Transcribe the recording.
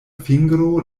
fingro